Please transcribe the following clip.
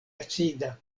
acida